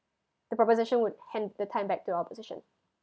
the proposition would hand the time back to opposition